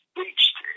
reached